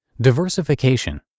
diversification